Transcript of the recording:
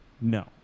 No